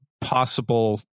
possible